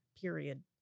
Period